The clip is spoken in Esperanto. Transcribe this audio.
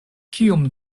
kiom